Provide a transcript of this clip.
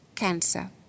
cancer